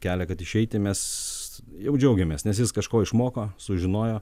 kelią kad išeiti mes jau džiaugiamės nes jis kažko išmoko sužinojo